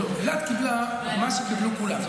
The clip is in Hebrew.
אילת קיבלה מה שקיבלו כולם.